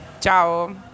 Ciao